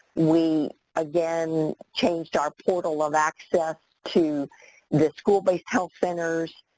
we again changed our portal of access to the school-based health centers,